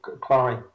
Clary